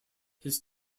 his